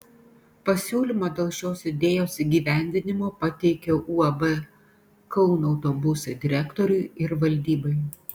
pasiūlymą dėl šios idėjos įgyvendinimo pateikiau uab kauno autobusai direktoriui ir valdybai